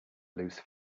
loose